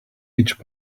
each